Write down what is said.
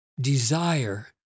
desire